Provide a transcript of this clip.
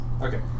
Okay